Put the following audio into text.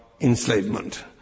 enslavement